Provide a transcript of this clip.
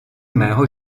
mého